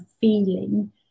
feeling